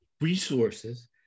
resources